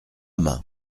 main